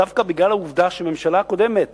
דווקא בגלל העובדה שהממשלה הקודמת